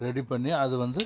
ready பண்ணி அதை வந்து